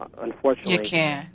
unfortunately